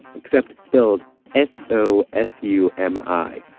except, spelled s o s u m i,